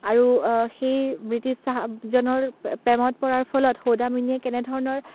আৰু সেই ব্ৰিটিছ চাহাবজনৰ প্ৰেমত পৰাৰ ফলত সৌদামিনীয়ে কেনেধৰণৰ